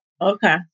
Okay